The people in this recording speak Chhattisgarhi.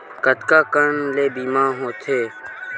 कतका कन ले बीमा होथे?